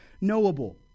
knowable